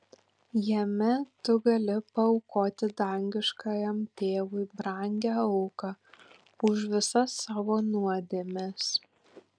jame tu gali paaukoti dangiškajam tėvui brangią auką už visas savo nuodėmes